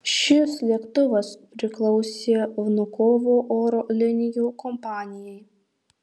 šis lėktuvas priklausė vnukovo oro linijų kompanijai